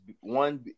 one –